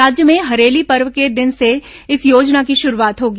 राज्य में हरेली पर्व के दिन से इस योजना की शुरूआत होगी